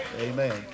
amen